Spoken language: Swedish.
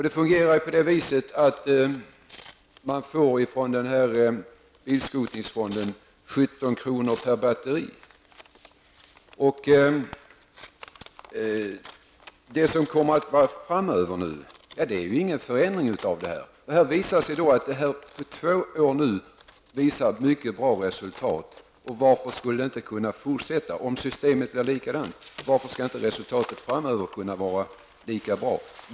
Det fungerar på det viset att man från bilskrotningsfonden får 17 kr. per batteri. Det som kommer att gälla framöver innebär ingen förändring av det. Det systemet har nu i två år visat ett mycket bra resultat, och varför skulle det inte kunna fortsätta med det? Varför skulle resultatet framöver inte bli lika bra?